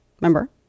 remember